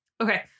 Okay